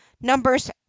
numbers